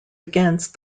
against